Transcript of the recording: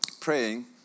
praying